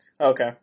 Okay